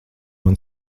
man